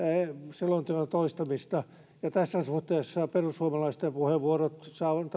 selonteon toistamista ja tässä suhteessa perussuomalaisten puheenvuorot